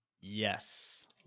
Yes